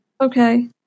Okay